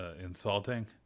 insulting